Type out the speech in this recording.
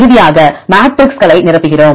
இறுதியாக மேட்ரிக்ஸ்க்களை நிரப்புகிறோம்